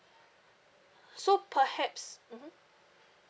so perhaps mmhmm